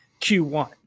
q1